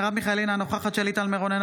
מרב מיכאלי, אינה נוכחת שלי טל מירון, אינה